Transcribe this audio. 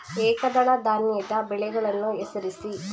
ಏಕದಳ ಧಾನ್ಯದ ಬೆಳೆಗಳನ್ನು ಹೆಸರಿಸಿ?